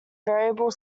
variable